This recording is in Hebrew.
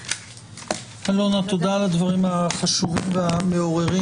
אלונה, תודה על הדברים החשובים והמעוררים.